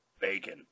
Bacon